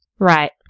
Right